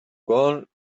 gone